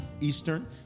Eastern